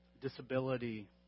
disability